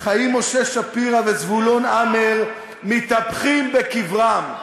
חיים משה שפירא וזבולון המר מתהפכים בקבריהם,